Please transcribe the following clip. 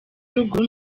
ruguru